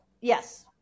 yes